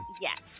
yes